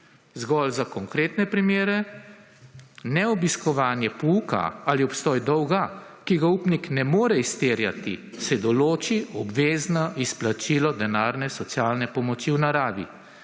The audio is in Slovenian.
Zgolj za konkretne primere, ne obiskovanje pouka ali obstoj dolga, ki ga upnik ne more izterjati, se določi obvezno izplačilo denarne socialne pomoči v naravi,